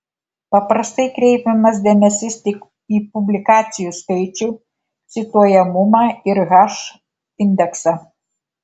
paprastai kreipiamas dėmesys tik į publikacijų skaičių cituojamumą ir h indeksą